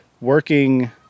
working